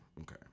Okay